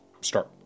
start